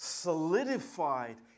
solidified